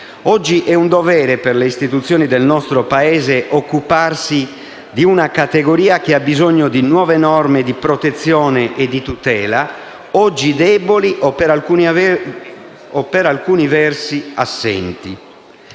Oggi è un dovere per le istituzioni del nostro Paese occuparsi di una categoria di lavoratori che ha bisogno di nuove norme di protezione e di tutela, oggi deboli o, per alcuni versi, assenti.